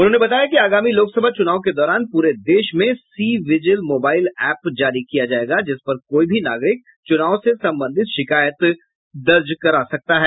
उन्होंने बताया कि आगामी लोकसभा चुनाव के दौरान पूरे देश में सीविजिल मोबाइल एप जारी किया जायेगा जिस पर कोई भी नागरिक चुनाव से संबंधित शिकायत दर्ज करा सकता है